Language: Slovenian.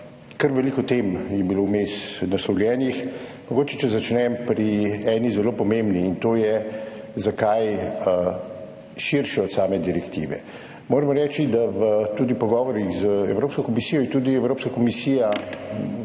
Kar veliko tem je bilo vmes naslovljenih. Mogoče začnem pri eni zelo pomembni, in to je, zakaj širše od same direktive. Moram reči, da je v pogovorih z Evropsko komisijo tudi Evropska komisija